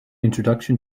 introduction